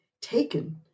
taken